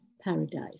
paradise